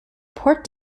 port